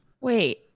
Wait